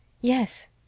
Yes